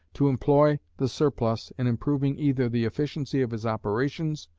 to employ the surplus in improving either the efficiency of his operations,